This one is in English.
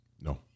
No